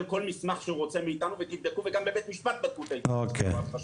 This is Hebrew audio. כל מסמך שהוא רוצה מאתנו וגם בבית משפט בדקו את ההתנהלות של חברת חשמל.